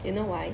you know why